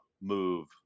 move